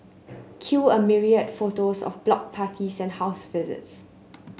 cue a myriad photos of block parties and house visits